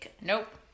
Nope